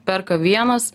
perka vienas